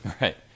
Right